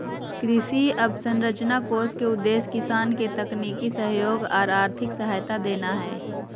कृषि अवसंरचना कोष के उद्देश्य किसान के तकनीकी सहयोग आर आर्थिक सहायता देना हई